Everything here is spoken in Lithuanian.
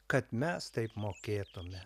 kad mes taip mokėtume